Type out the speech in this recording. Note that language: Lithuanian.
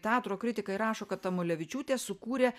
teatro kritikai rašo kad tamulevičiūtė sukūrė